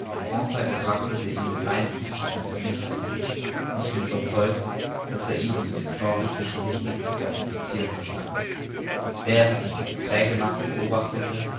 betrachtete ihn mit rein wissenschaftlichem interesse und ich bin überzeugt daß er ihn unter den knorpelfischen richtig zu classificiren verstand während ich diese träge masse betrachtete